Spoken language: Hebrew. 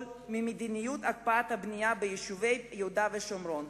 ממדיניות הקפאת הבנייה ביישובי יהודה ושומרון.